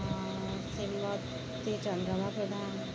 Shrimati Chandrama Pradhan